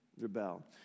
rebel